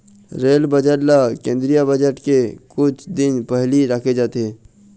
rail budget ल केंद्रीय budget के कुछ दिन पहिली राखे जाथे